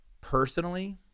personally